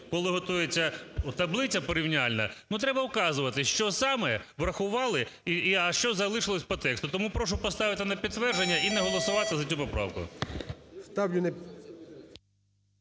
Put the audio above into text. Коли готується таблиця порівняльна, треба вказувати, що саме врахували, а що залишилось по тексту. Тому прошу поставити на підтвердження, і не голосувати за цю поправку.